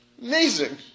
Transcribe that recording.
Amazing